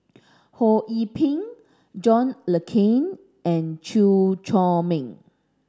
Ho Yee Ping John Le Cain and Chew Chor Meng